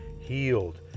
healed